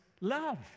love